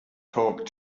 talked